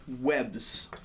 webs